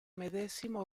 medesimo